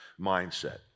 mindset